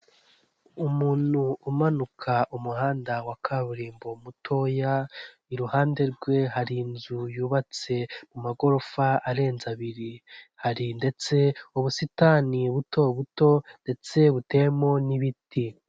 Umuntu umanuka umuhanda wa kaburimbo mutoya iruhande rwe hari inzu yubatse mu magorofa arenze abiri hari ndetse ubusitani buto buto ndetse butemo n'ibiti.